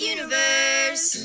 Universe